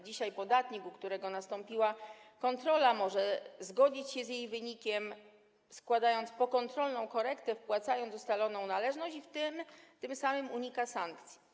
Dzisiaj podatnik, u którego nastąpiła kontrola, może zgodzić się z jej wynikiem, składając pokontrolną korektę, wpłacając ustaloną należność, i tym samym uniknąć sankcji.